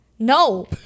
no